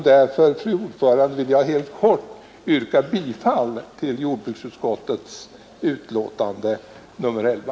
Därför, fru talman, vill jag yrka bifall till utskottets hemställan i jordbruksutskottets betänkande nr 11.